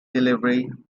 delivery